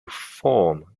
form